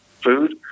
food